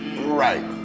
right